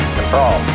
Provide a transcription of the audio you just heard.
Control